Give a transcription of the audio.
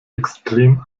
extrem